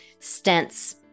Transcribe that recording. stents